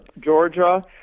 Georgia